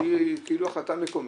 שהיא כאילו החלטה מקומית,